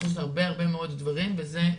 אנחנו יכולים לעשות הרבה מאוד דברים וזה,